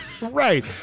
Right